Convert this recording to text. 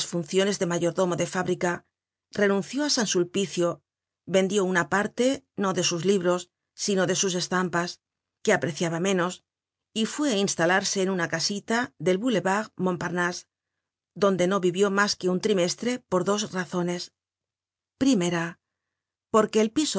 funciones de mayordomo de fábrica renunció á san sulpicio vendió una parte no de sus libros sino de sus estampasque apreciaba menos y fué á instalarse en una casita del boulevard montparnasse donde no vivió mas que un trimestre por dos razones primera porque el piso